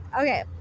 okay